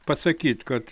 pasakyt kad